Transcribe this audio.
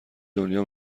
دنیا